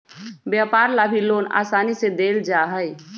व्यापार ला भी लोन आसानी से देयल जा हई